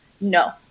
No